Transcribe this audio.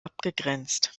abgegrenzt